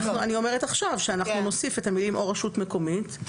אני אומרת עכשיו שאנחנו נוסיף את המילים או "רשות מקומית",